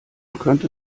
könnte